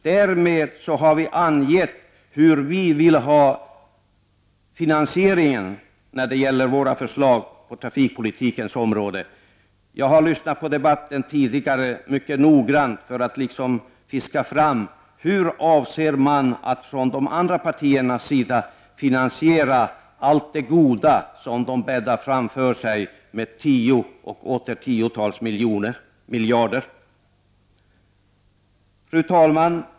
Därmed har vi angett hur vi vill ha finansieringen när det gäller våra förslag på trafikpolitikens område. Jag har mycket noggrant lyssnat på debatten tidigare för att fiska fram hur man från de andra partiernas sida avser att finansiera allt det goda som man bäddar för — med tiotals miljarder. Fru talman!